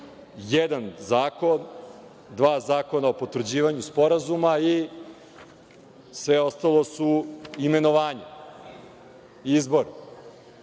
jedan zakon, dva zakona o potvrđivanju sporazuma i sve ostalo su imenovanja i izbori.